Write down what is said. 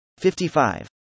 55